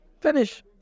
Finish